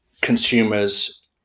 consumers